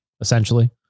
essentially